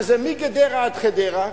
שזה מגדרה עד חדרה,